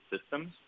systems